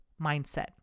mindset